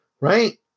right